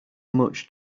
much